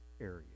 area